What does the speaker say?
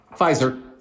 Pfizer